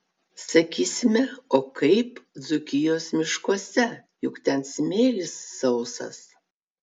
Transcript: sakysime o kaip dzūkijos miškuose juk ten smėlis sausas